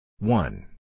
One